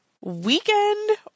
weekend